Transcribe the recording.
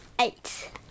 Eight